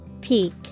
Peak